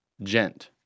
Gent